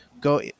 Go